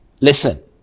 Listen